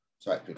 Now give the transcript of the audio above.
Sorry